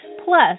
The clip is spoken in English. Plus